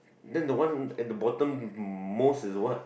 then the one at the bottom most is what